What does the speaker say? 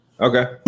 okay